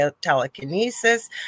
telekinesis